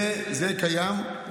זה קיים.